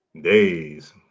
days